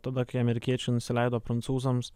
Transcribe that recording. tada kai amerikiečiai nusileido prancūzams